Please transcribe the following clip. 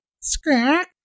Scratch